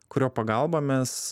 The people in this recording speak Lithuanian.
kurio pagalba mes